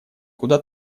куда